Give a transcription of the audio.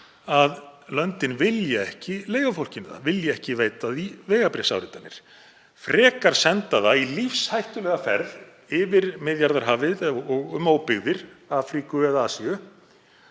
að löndin vilja ekki leyfa fólkinu það, vilja ekki veita því vegabréfsáritanir en senda það frekar í lífshættulega ferð yfir Miðjarðarhafið og um óbyggðir Afríku eða Asíu